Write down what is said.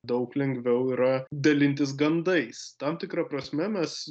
daug lengviau yra dalintis gandais tam tikra prasme mes